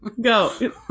go